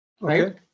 right